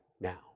now